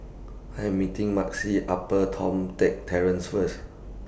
I Am meeting Maxie Upper Toh Tuck Terrace First